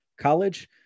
college